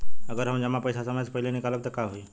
अगर हम जमा पैसा समय से पहिले निकालब त का होई?